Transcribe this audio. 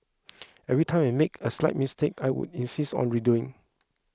every time I make a slight mistake I would insist on redoing